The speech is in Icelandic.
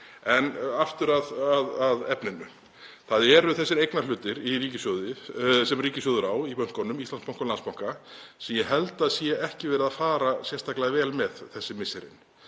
En aftur að efninu. Það eru þessir eignarhlutir sem ríkissjóður á í bönkunum, Íslandsbanka og Landsbanka, sem ég held að sé ekki verið að fara sérstaklega vel með þessi misserin.